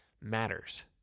matters